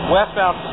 Westbound